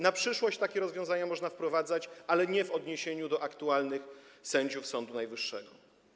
Na przyszłość takie rozwiązania można wprowadzać, ale nie w odniesieniu do aktualnych sędziów Sądu Najwyższego.